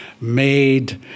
made